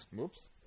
Oops